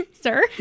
Sir